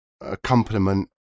accompaniment